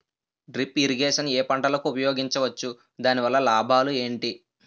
Drip irrigation ఏ పంటలకు ఉపయోగించవచ్చు? దాని వల్ల లాభాలు ఏంటి?